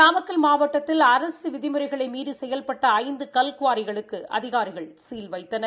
நாமக்கல் மாவட்டத்தில் அரசு விதிமுறைகளை மீறி செயல்பட்ட ஐந்து கல்குவாரிகளுக்கு அதிகாரிகள் சீல் வைத்தனர்